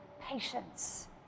patience